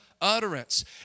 utterance